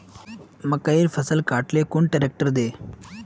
मकईर फसल काट ले कुन ट्रेक्टर दे?